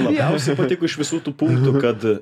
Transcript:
labiausiai patiko iš visų tų punktų kad